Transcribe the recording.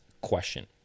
question